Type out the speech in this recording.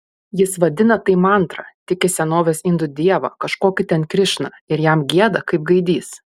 jis vadina tai mantra tiki senovės indų dievą kažkokį ten krišną ir jam gieda kaip gaidys